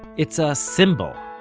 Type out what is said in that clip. it's a symbol.